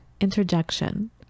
interjection